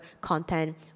content